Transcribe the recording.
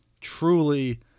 truly